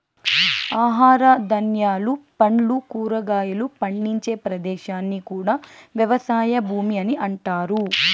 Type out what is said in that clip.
ఆహార ధాన్యాలు, పండ్లు, కూరగాయలు పండించే ప్రదేశాన్ని కూడా వ్యవసాయ భూమి అని అంటారు